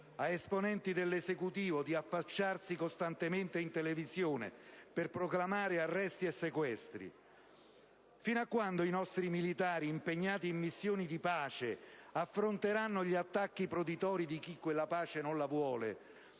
ad esponenti dell'Esecutivo di affacciarsi costantemente in televisione per proclamare arresti e sequestri. Fino a quando i nostri militari impegnati in missioni di pace affronteranno gli attacchi proditori di chi quella pace non la vuole,